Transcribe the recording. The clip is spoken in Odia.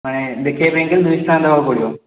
ଦେଖାଇ ପାଇଁକା ଦୁଇଶ ଟଙ୍କା ଦେବାକୁ ପଡ଼ିବ